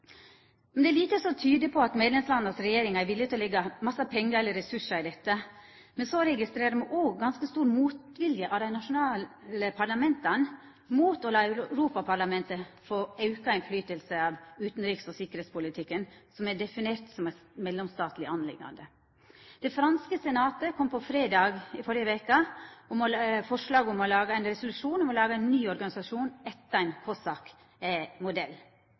Men det er lite som tyder på at medlemslanda sine regjeringar er viljuge til å leggja mykje pengar eller ressursar i dette. Men så registrerer me òg ganske stor motvilje frå dei nasjonale parlamenta mot at Europaparlamentet skal få auka innverknad på utanriks- og tryggingspolitikken, som er definert som ei mellomstatleg sak. Det franske senatet kom på fredag i førre veke med ein resolusjon om å laga ein ny organisasjon etter ein COSAC-modell. VEU er framleis ein